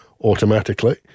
automatically